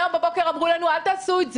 היום בבוקר אמרו לנו: אל תעשו את זה,